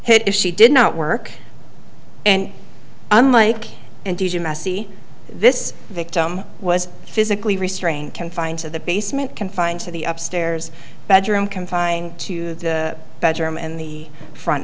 hit if she did not work and unlike and messy this victim was physically restrained confined to the basement confined to the upstairs bedroom confined to the bedroom in the front